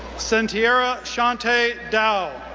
centeria shante dow,